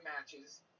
matches